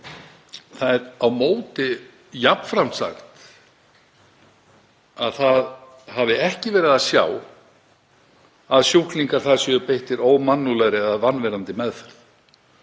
staðar en á móti er jafnframt sagt að það hafi ekki verið að sjá að sjúklingar þar séu beittir ómannúðlegri eða vanvirðandi meðferð.